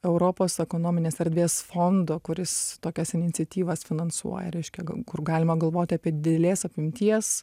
europos ekonominės erdvės fondo kuris tokias iniciatyvas finansuoja reiškia kur galima galvoti apie didelės apimties